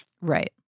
Right